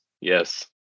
Yes